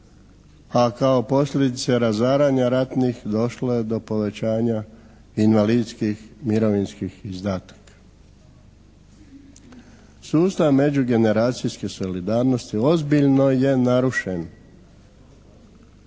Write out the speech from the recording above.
a kao posljedice razaranja ratnih došlo je do povećanja invalidskih mirovinskih izdataka. Sustav međugeneracijske solidarnosti ozbiljno je narušen.